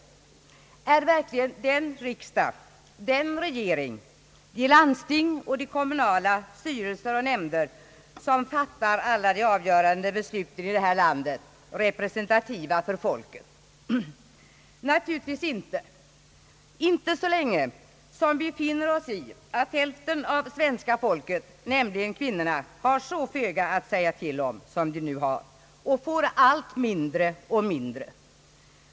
Är verkligen den riksdag och den regering, de landsting och de kommunala styrelser och nämnder som fattar alla de avgörande besluten i detta land representativa för folket? Naturligtvis inte. Inte så länge som vi finner oss i att hälften av det svenska folket, nämligen kvinnorna, har så föga att säga till om som de har och får allt mindre och mindre.